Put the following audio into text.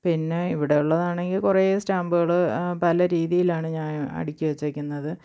പിന്നെ ഇവിടെ ഉള്ളതാണെങ്കിൽ കുറേ സ്റ്റാമ്പുകൾ പല രീതിയിലാണ് ഞാന് അടുക്കി വച്ചേക്കുന്നത്